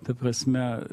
ta prasme